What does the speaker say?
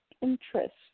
interest